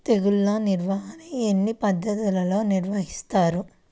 తెగులు నిర్వాహణ ఎన్ని పద్ధతులలో నిర్వహిస్తారు?